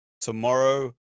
tomorrow